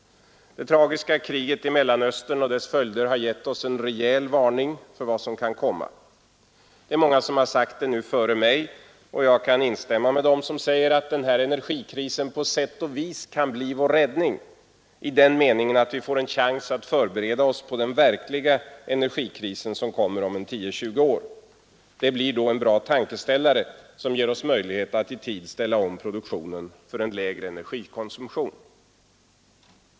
Det tragiska kriget i Mellanöstern och dess följder har gett oss en rejäl varning för vad som kan komma. Det har många sagt före mig, och jag kan instämma med dem som säger att den här energikrisen på sätt och vis kan bli vår räddning i den meningen att vi får en chans att förbereda oss på den verkliga energikrisen som kommer om 10—20 år. Den blir då en bra tankeställare och ger oss en möjlighet att i tid ställa om produktionen för en lägre energikonsumtion.